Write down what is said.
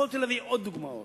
יכולתי להביא עוד דוגמאות,